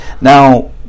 now